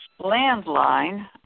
landline